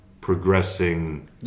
progressing